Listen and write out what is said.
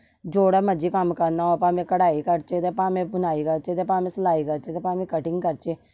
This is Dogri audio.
जेह्ड़ा मर्जी कम्म करना होऐ भावें कढाई कढचै ते भावें बुनाई करचै भावें सलाई करचै ते भावें कटिंग करचै